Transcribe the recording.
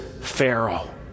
Pharaoh